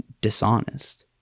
dishonest